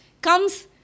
comes